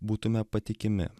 būtume patikimi